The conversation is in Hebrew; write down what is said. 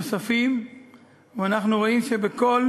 ואנחנו רואים שבכל